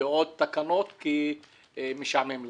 בעוד תקנות כי משעמם לנו,